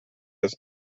des